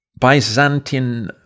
Byzantine